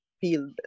feel